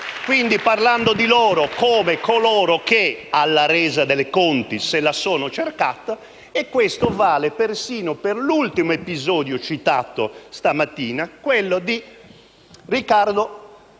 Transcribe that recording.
nemici dello Stato e come coloro che, alla resa dei conti, se la sono cercata. Questo vale persino per l'ultimo episodio citato stamattina, quello di Riccardo Magherini,